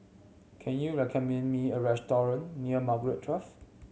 can you recommend me a restaurant near Margaret Drive